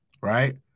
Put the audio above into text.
right